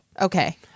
Okay